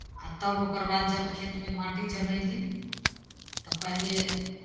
आ तब ओकर बाद जब खेतमे माटि चढ़यली तऽ पहिले